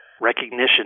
Recognition